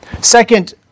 Second